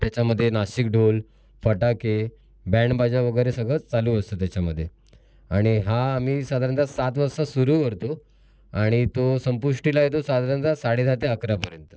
त्याच्यामध्ये नाशिक ढोल फटाके बँड बाजा वगैरे सगळं चालू असतं त्याच्यामध्ये आणि हा आम्ही साधारणतः सात वाजता सुरू करतो आणि तो संपुष्टीला येतो साधारणतः साडेदहा ते अकरापर्यंत